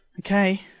Okay